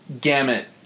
gamut